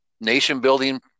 nation-building